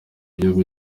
gihugu